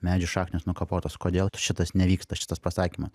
medžių šaknys nukapotos kodėl šitas nevyksta šitas pasakymas